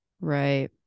right